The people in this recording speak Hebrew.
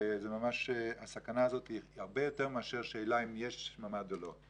שממש הסכנה הזאת היא הרבה יותר מאשר שאלה אם יש ממ"ד או לא.